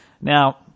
Now